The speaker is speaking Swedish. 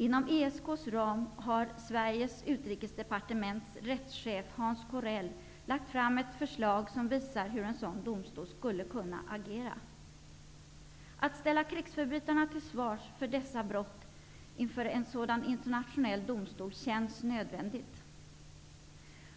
Inom ESK:s ram har Sveriges utrikesdepartements rättschef Hans Corell lagt fram ett förslag som visar hur en sådan domstol skulle kunna agera. Att ställa krigsförbrytarna till svars inför en sådan internationell domstol känns nödvändigt.